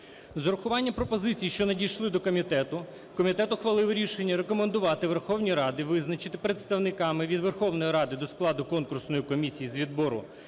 З врахуванням пропозицій, що надійшли від комітету, комітет ухвалив рішення рекомендувати Верховній Раді визначити представниками від Верховної Ради до складу конкурсної комісії з відбору